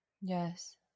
Yes